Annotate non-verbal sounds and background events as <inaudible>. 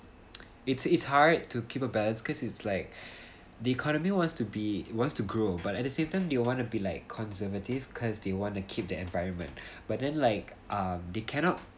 <noise> it's it's hard to keep a balance because it's like the economy wants to be wants to grow but at the same time you want to be like conservative because they want to keep the environment but then like um they cannot